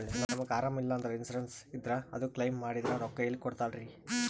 ನಮಗ ಅರಾಮ ಇಲ್ಲಂದ್ರ ಇನ್ಸೂರೆನ್ಸ್ ಇದ್ರ ಅದು ಕ್ಲೈಮ ಮಾಡಿದ್ರ ರೊಕ್ಕ ಕೊಡ್ತಾರಲ್ರಿ?